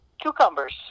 cucumbers